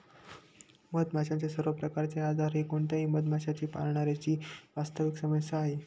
मधमाशांचे सर्व प्रकारचे आजार हे कोणत्याही मधमाशी पाळणाऱ्या ची वास्तविक समस्या आहे